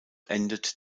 endet